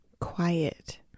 Quiet